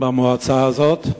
במועצה הזאת?